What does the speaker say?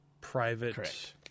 private